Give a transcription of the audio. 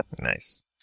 Nice